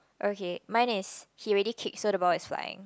okay mine is he already kick so the ball is flying